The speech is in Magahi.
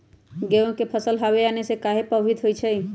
गेंहू के फसल हव आने से काहे पभवित होई छई?